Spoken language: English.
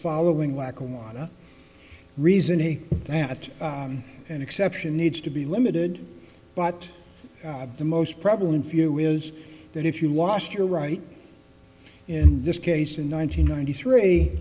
following lackawanna reason a that an exception needs to be limited but the most prevalent view is that if you lost your right in this case in nine hundred ninety three